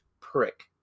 prick